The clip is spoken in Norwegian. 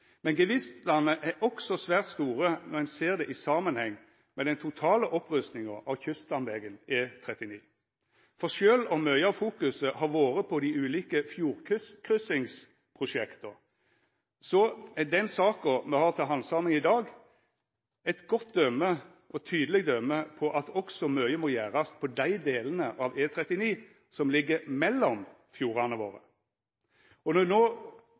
men gevinstane er også svært store når ein ser det i samanheng med den totale opprustinga av E39 Kyststamvegen. For sjølv om mykje av fokuset har vore på dei ulike fjordkryssingsprosjekta, er den saka me har til handsaming i dag, eit godt og tydeleg døme på at mykje må gjerast også på dei delane av E39 som ligg mellom fjordane våre.